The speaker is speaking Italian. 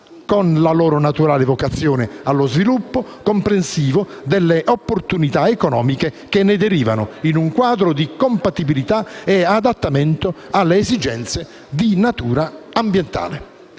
con la loro naturale vocazione allo sviluppo, comprensivo delle opportunità economiche che ne derivano, in un quadro di compatibilità e adattamento alle esigenze di tutela ambientale.